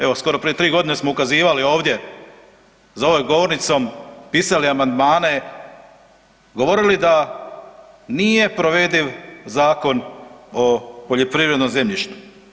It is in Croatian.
Evo skoro prije tri godine smo ukazivali ovdje za ovom govornicom, pisali amandmane, govorili da nije provediv Zakon o poljoprivrednom zemljištu.